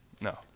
No